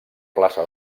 plaça